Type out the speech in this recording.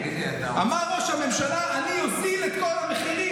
אמר ראש הממשלה: אני אוזיל את כל המחירים.